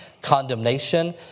condemnation